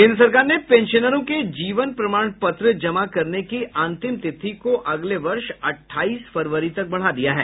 केन्द्र सरकार ने पेंशनरों के जीवन प्रमाण पत्र जमा करने की अंतिम तिथि को अगले वर्ष अट्ठाईस फरवरी तक बढ़ा दिया है